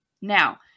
Now